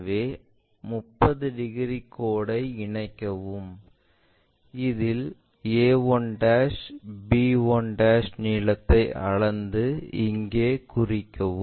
எனவே 30 டிகிரி கோடு ஐ இணைக்கவும் அதில் a1 b1 நீளத்தை அளந்து இங்கே குறிப்பிடவும்